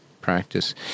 practice